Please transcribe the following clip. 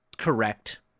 correct